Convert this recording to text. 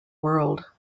world